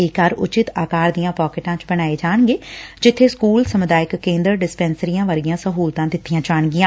ਇਹ ਘਰ ਉਚਿੱਤ ਆਕਾਰ ਦੀਆਂ ਪਾਕੇਟ ਚ ਬਣਾਏ ਜਾਣਗੇ ਜਿੱਥੇ ਸਕੁਲ ਸਮੁਦਾਇਕ ਕੇਦਰ ਡਿਸਪੈਨਸਰੀਆਂ ਵਰਗੀਆਂ ਸਹੁਲਤਾਂ ਦਿੱਤੀਆਂ ਜਾਣਗੀਆਂ